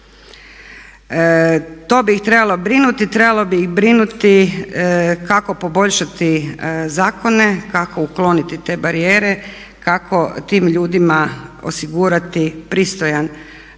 To bi ih trebalo brinuti, trebalo bi ih brinuti kako poboljšati zakone kako ukloniti te barijere, kako tim ljudima osigurati pristojan život